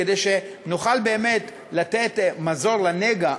כדי שנוכל באמת לתת מזור לנגע,